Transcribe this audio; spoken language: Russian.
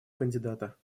кандидата